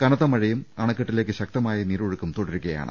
കനത്ത മഴയും അണക്കെട്ടിലേക്ക് ശക്തമായ നീരൊഴുക്കും തുരുകയാണ്